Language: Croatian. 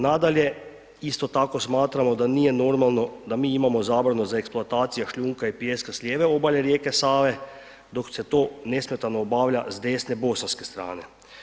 Nadalje, isto tako smatramo da nije normalno da mi imamo zabranu za eksploataciju šljunka i pijeska s lijeve obale rijeke Save, dok se to nesmetano obavlja s desne bosanske strane.